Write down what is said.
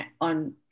on